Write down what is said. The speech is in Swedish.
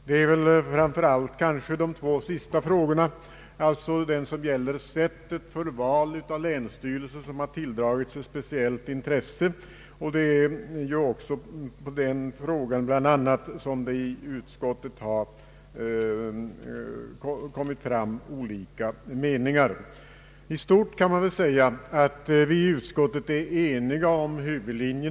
Det är kanske framför allt de två sista frågorna som fångat det största intresset. Den som tilldragit sig speciellt intresse är den som gäller sättet för val av länsstyrelse. Det är också i den frågan som det i utskottet har kommit fram olika meningar. I stort kan man säga att vi i utskottet är eniga om huvudlinjen.